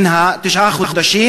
בן תשעה חודשים,